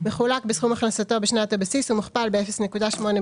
מחולק בסכום הכנסתו בשנת הבסיס ומוכפל ב-0.85,